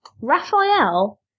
Raphael